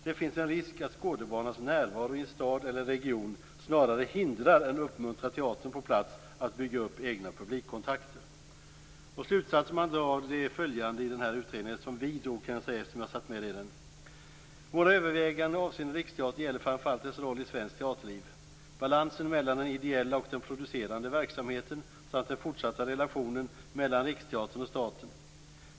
Det finns en risk att Skådebanans närvaro i stad eller region snarare hindrar än uppmuntrar teatern på plats att bygga upp egna publikkontakter. Slutsatsen som vi som satt i utredningen drog var följande: Våra överväganden avseende Riksteatern gäller framför allt dess roll i svenskt teaterliv, balansen mellan den ideella och den producerande verksamheten samt den fortsatta relationen mellan Riksteatern och staten.